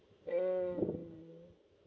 mm